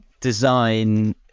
design